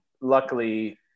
luckily